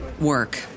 work